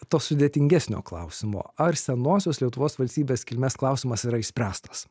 to sudėtingesnio klausimo ar senosios lietuvos valstybės kilmės klausimas yra išspręstas